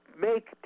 make